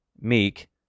meek